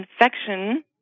infection